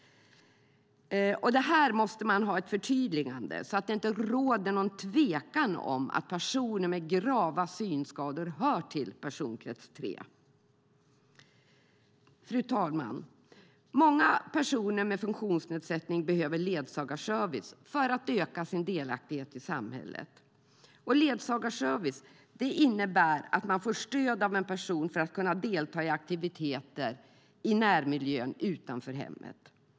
Här måste det bli ett förtydligande så att det inte råder någon tvekan om att personer med grava synskador hör till personkrets 3. Fru talman! Många personer med funktionsnedsättning behöver ledsagarservice för att öka sin delaktighet i samhället. Ledsagarservice innebär att man får stöd av en person för att kunna delta i aktiviteter i närmiljön utanför hemmet.